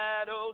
shadows